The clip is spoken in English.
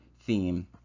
theme